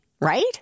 right